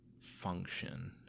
function